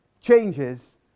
changes